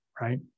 right